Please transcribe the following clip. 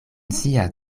sia